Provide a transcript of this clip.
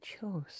chose